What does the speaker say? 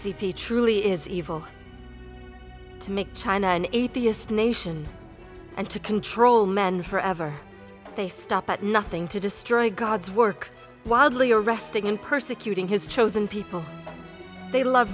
c p truly is evil to make china an atheist nation and to control men forever they stop at nothing to destroy god's work wildly arresting and persecuting his chosen people they love